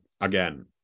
Again